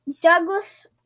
Douglas